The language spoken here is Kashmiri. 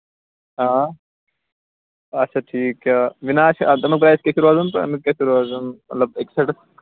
آ اچھا ٹھیٖک کیٛاہ مےٚ نہ حظ چھُ چھُ ٹھیٖک روزان تہٕ امیُٛک گژھِ روزُن مطلب أکِس سایڈَس